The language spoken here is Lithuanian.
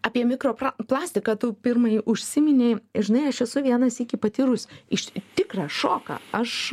apie mikropra plastiką tau pirmai užsiminei žinai aš esu vieną sykį patyrus iš tikrą šoką aš